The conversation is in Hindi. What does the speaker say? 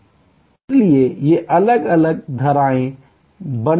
इसलिए ये अलग अलग धाराएं बना रहे हैं